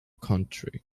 country